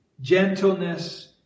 gentleness